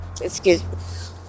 Excuse